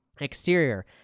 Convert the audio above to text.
Exterior